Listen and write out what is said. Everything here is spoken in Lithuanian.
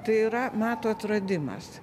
tai yra metų atradimas